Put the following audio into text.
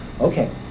okay